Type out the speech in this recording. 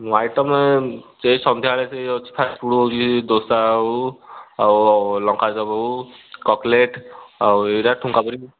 item ସେ ସନ୍ଧ୍ୟାବେଳେ ସେ ହେଉଛି ଫାଷ୍ଟ ଫୁଡ଼୍ ହେଉଛି ଦୋସା ହେଉ ଆଉ ଲଙ୍କାଚପ୍ ହେଉ କଟଲେଟ୍ ଆଉ ଏଇଟା ଠୁଙ୍କା ପୁରୀ